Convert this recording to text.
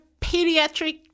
pediatric